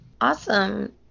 Awesome